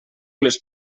les